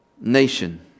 nation